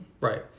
Right